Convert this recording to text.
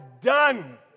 done